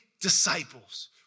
disciples